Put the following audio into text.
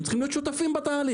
הם צריכים להיות שותפים בתהליך.